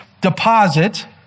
deposit